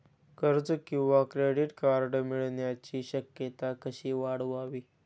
कर्ज किंवा credit card मिळण्याची शक्यता कशी वाढवावी?